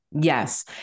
Yes